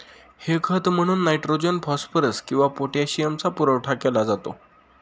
हे खत म्हणून नायट्रोजन, फॉस्फरस किंवा पोटॅशियमचा पुरवठा केला जातो